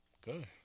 Good